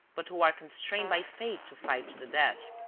but who are constrained by fate to fight to the death.